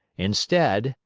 instead,